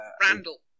Randall